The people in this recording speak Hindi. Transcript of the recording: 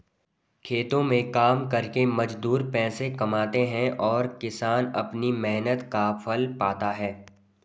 खेतों में काम करके मजदूर पैसे कमाते हैं और किसान अपनी मेहनत का फल पाता है